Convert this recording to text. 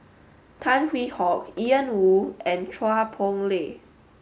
Tan Hwee Hock Ian Woo and Chua Poh Leng